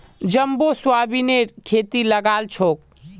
jumbo सोयाबीनेर खेती लगाल छोक